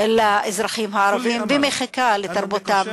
לאזרחים הערבים ומחיקה של תרבותם.